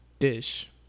dish